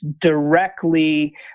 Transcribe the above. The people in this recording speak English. directly